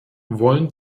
wollen